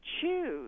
choose